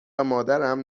مادرم